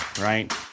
right